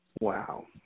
Wow